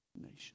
nation